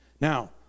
Now